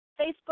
Facebook